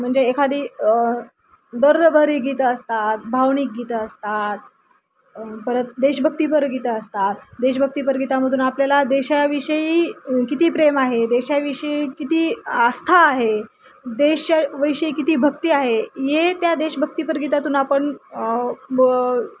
म्हणजे एखादी दर्दभरी गीतं असतात भावनिक गीतं असतात परत देशभक्तीपर गीतं असतात देशभक्तीपर गीतामधून आपल्याला देशाविषयी किती प्रेम आहे देशाविषयी किती आस्था आहे देशाविषयी किती भक्ती आहे हे त्या देशभक्तीपर गीतातून आपण ब